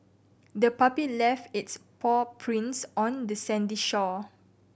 the puppy left its paw prints on the sandy shore